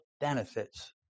benefits